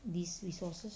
these resources